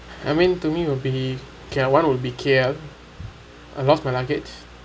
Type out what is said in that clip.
I mean to me will be okay ah one would be K_L I lost my luggage